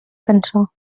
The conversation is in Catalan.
cançó